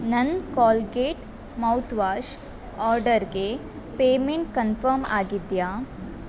ನನ್ನ Colgate mouthwash ಆರ್ಡರ್ಗೆ payment confirm ಆಗಿದೆಯಾ